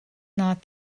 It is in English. not